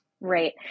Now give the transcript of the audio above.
Right